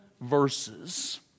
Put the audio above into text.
verses